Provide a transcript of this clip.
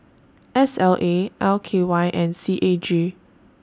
S L A L K Y and C A G